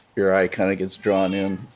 your eye kind of gets drawn in.